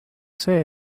see